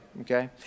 okay